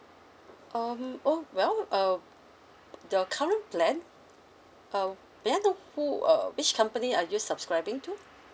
um oh well uh the current plan uh may I know who uh which company are you subscribing to